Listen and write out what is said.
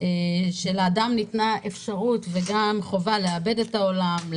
שלאדם ניתנה אפשרות וגם חובה לעבד את העולם,